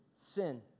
Sin